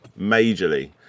majorly